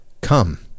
come